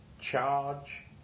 charge